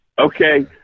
Okay